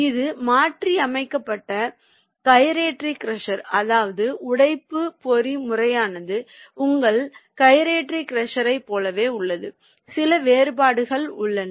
அது மாற்றியமைக்கப்பட்ட gyratory crusher அதாவது உடைப்பு பொறிமுறையானது உங்கள் கைரேட்டரி க்ரஷரைப் போலவே உள்ளது சில வேறுபாடுகள் உள்ளன